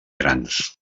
grans